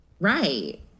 right